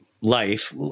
life